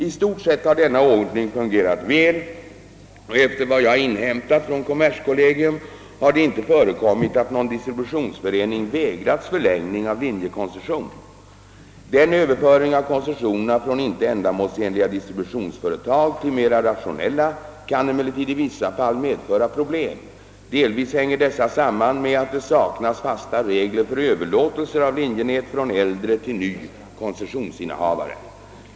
I stort sett har denna ordning fungerat väl, och efter vad jag inhämtat från kommerskollegium har det inte förekommit att någon distributionsförening vägrats förlängning av linjekoncession. Denna överföring av koncessionerna från inte ändamålsenliga distributionsföretag till mera rationella kan emellertid i vissa fall medföra problem. Delvis hänger dessa samman med att det saknas fasta regler för överlåtelse av linjenät från äldre till ny koncessionsinnehavare.